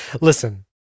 Listen